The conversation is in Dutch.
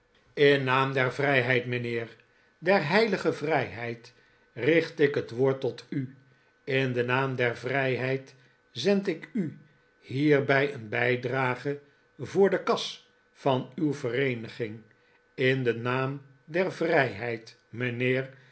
in naam der vrijheid mijnheer der heilige vrijheid richt ik het woord tot u in den naam der vrijheid zend ik u hierbij een bijdrage voor de kas van uw veteeniging in den naam der vrijheid mijnheer